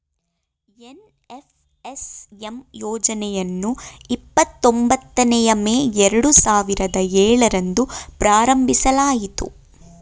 NFSM ಯೋಜನೆಯನ್ನು ಇಪ್ಪತೊಂಬತ್ತನೇಯ May ಎರಡು ಸಾವಿರದ ಏಳರಂದು ಪ್ರಾರಂಭಿಸಲಾಯಿತು